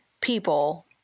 people